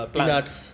Peanuts